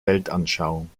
weltanschauung